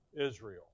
Israel